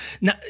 Now